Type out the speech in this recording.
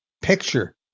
picture